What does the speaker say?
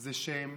זה שהם